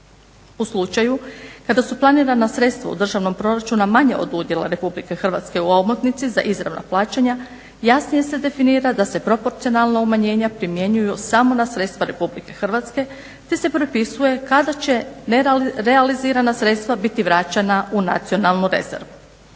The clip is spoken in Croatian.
U slučaju kada su planirana sredstva u državnom proračunu manja od udjela RH u omotnici za izravna plaćanja, jasnije se definira da se proporcionalna umanjenja primjenjuju samo na sredstva RH te se pripisuje kada će nerealizirana sredstva biti vraćena u nacionalnu rezervu.